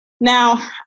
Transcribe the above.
Now